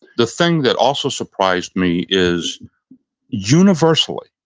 the thing that also surprised me is universally,